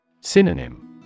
Synonym